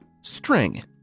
String